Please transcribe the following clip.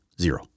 zero